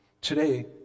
today